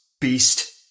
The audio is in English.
beast